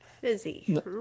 Fizzy